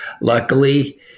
Luckily